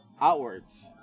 Outwards